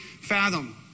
fathom